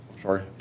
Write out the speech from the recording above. Sorry